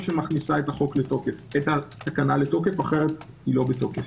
שמכניסה את התקנה לתוקף אחרת היא לא בתוקף,